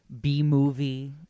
B-movie